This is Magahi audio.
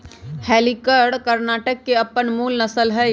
हल्लीकर कर्णाटक के अप्पन मूल नसल हइ